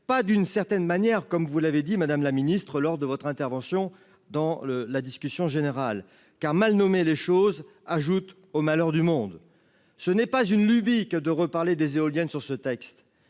pas d'une certaine manière, comme vous l'avez dit madame la ministre, lors de votre intervention dans la discussion générale car mal nommer les choses, ajoute au malheur du monde ce n'est pas une lubie que de reparler des éoliennes sur ce texte,